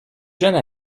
jeunes